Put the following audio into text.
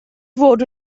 fod